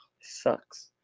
sucks